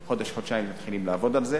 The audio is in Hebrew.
תוך חודש, חודשיים מתחילים לעבוד על זה.